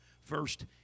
First